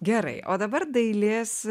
gerai o dabar dailės